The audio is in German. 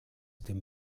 dem